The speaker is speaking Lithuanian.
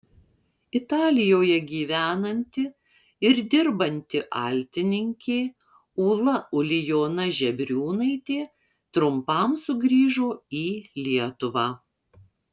italijoje gyvenanti ir dirbanti altininkė ūla ulijona žebriūnaitė trumpam sugrįžo į lietuvą